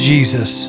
Jesus